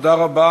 תודה רבה.